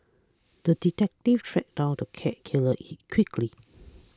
the detective tracked down the cat killer in quickly